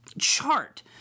chart